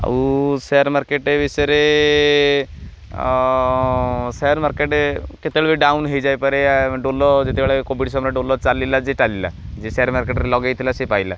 ଆଉ share market ବିଷୟରେ share market କେତେବେଳେ ବି ଡାଉନ୍ ହେଇଯାଇପାରେ ଯେତେବେଳେ କୋଭିଡ଼ ସମୟରେ ଡୋଲ ଚାଲିଲା ଯେଏ ଚାଲିଲା ଯ ସେୟାର ମାର୍କେଟରେ ଲଗେଇଥିଲା ସେ ପାଇଲା